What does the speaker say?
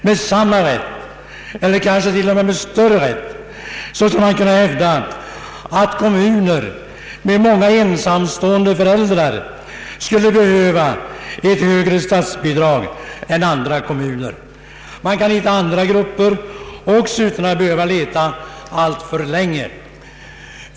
Med samma rätt, eller kanske till och med med större rätt, skulle kunna hävdas att kommuner med många ensamstående föräldrar skulle behöva ett högre statsbidrag än andra kommuner. Man kan även hitta andra grupper utan att behöva leta alltför länge.